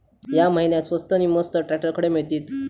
या महिन्याक स्वस्त नी मस्त ट्रॅक्टर खडे मिळतीत?